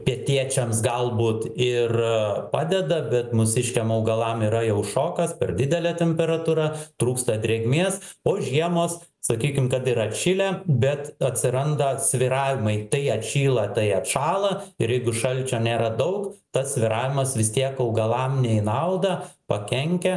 pietiečiams galbūt ir padeda bet mūsiškiam augalam yra jau šokas per didelė temperatūra trūksta drėgmės o žiemos sakykim kad ir atšilę bet atsiranda svyravimai tai atšyla tai atšąla ir jeigu šalčio nėra daug tas svyravimas vis tiek augalam ne į naudą pakenkia